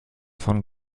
von